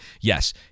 Yes